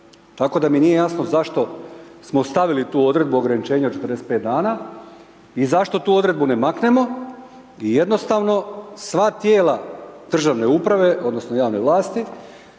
Tako da mi nije jasno zašto smo stavili tu odredbu ograničenja od 45 dana i zašto tu odredbu ne maknemo i jednostavno sva tijela države uprave odnosno javne vlasti